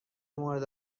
مورد